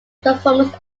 performance